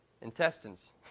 Intestines